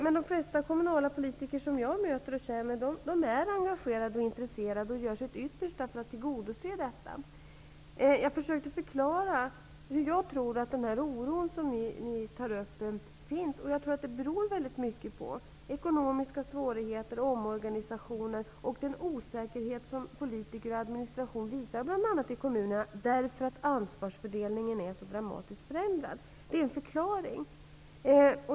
Men de flesta kommunala politiker som jag möter och känner är engagerade och intresserade och gör sitt yttersta för att fullfölja detta. Jag försökte förklara vad jag tror är bakgrunden till den oro som ni tar upp. Jag tror att den i mycket beror på ekonomiska svårigheter, omorganisationer och den osäkerhet som politiker och administration bl.a. i kommunerna visar därför att ansvarsfördelningen är så dramatiskt förändrad. Det är en förklaring.